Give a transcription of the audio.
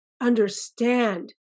understand